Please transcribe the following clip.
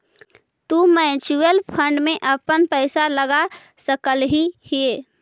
तु mutual fund में अपन पईसा लगा सकलहीं हे